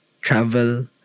travel